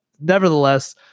nevertheless